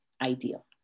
ideal